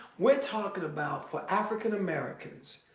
we're talking about for african americans,